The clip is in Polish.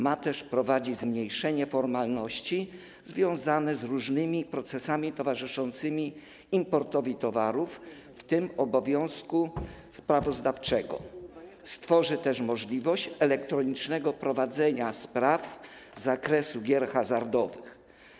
Ma też wprowadzić zmniejszenie formalności związanych z różnymi procesami towarzyszącymi importowi towarów, w tym obowiązkiem sprawozdawczym, stworzy też możliwość elektronicznego prowadzenia spraw z zakresu gier hazardowych.